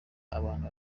abantu